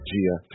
Gia